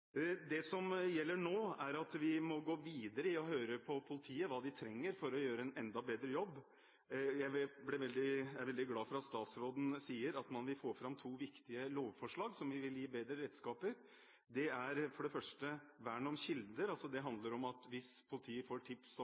Det som gjelder nå, er at vi må fortsatt høre på politiet om hva de trenger for å gjøre en enda bedre jobb. Jeg er veldig glad for at statsråden sier at man vil få fram to viktige lovforslag, som vil gi bedre redskaper. Det gjelder for det første vern om kilder. Det handler om at hvis politiet får tips